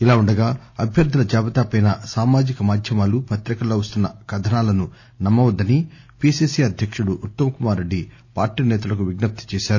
ఇదిలా ఉండగా అభ్యర్దుల జాబితాపై సామాజిక మాధ్యమాలు పత్రికల్లో వస్తున్న కథనాలను నమ్మవద్దని పీసీసీ అధ్యకుడు ఉత్తమ్ కుమార్ రెడ్డి పార్టీ నేతలకు విజ్ఞప్తి చేశారు